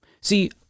See